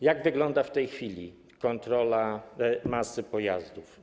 Jak wygląda w tej chwili kontrola masy pojazdów?